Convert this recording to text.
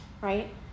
right